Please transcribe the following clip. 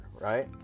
right